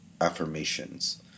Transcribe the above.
affirmations